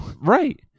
Right